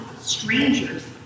strangers